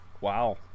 Wow